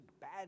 bad